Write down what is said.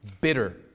bitter